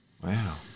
Wow